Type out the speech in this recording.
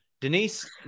Denise